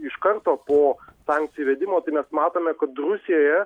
iš karto po sankcijų įvedimo tai mes matome kad rusijoje